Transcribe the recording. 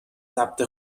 ثبت